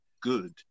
good